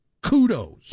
kudos